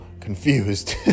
confused